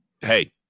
hey